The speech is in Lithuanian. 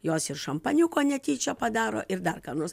jos ir šampaniuko netyčia padaro ir dar ką nors